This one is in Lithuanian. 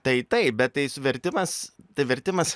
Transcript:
tai taip bet tais vertimas tai vertimas